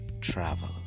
travel